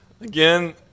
again